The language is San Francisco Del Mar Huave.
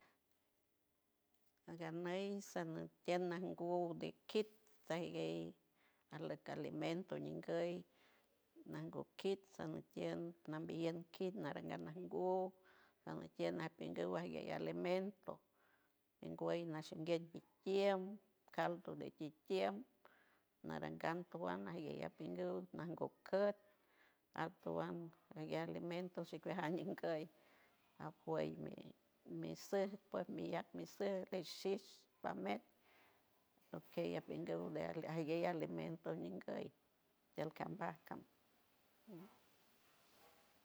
Aganain san nasiat nanguuo de kit de tiagues aloque alimento ñenngoy nango kit sondetied nandon niey ni kit naranga nangon niey ondon quiey narangoyindin di ni alimento en guey nashingueyco yquiel di tiem caldo de kikien narangando guango yeyey pijiul nango cuaoj ajtowan neye alimento shipieg caraninguiey a pueyme me solpa meyay mi sirishit panmey aloquella penguey ya neil alimento el panganpa